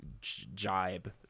jibe